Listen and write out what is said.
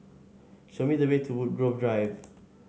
show me the way to Woodgrove Drive